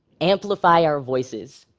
amplify our voices.